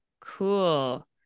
cool